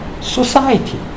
Society